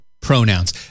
pronouns